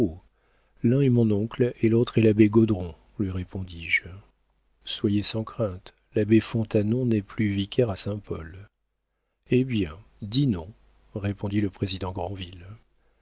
l'un est mon oncle et l'autre est l'abbé gaudron lui répondis-je soyez sans crainte l'abbé fontanon n'est plus vicaire à saint-paul eh bien dînons répondit le président